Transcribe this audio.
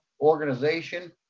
organization